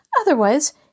Otherwise